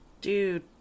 dude